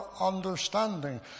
understanding